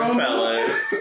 fellas